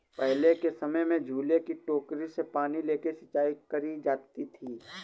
पहले के समय में झूले की टोकरी से पानी लेके सिंचाई करी जाती थी